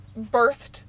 birthed